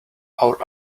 our